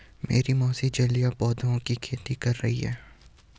मेरी मौसी जलीय पौधों की खेती कर रही हैं